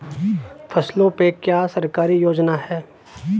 फसलों पे क्या सरकारी योजना है?